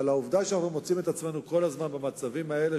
אבל העובדה שאנו מוצאים את עצמנו כל הזמן במצבים האלה,